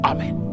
Amen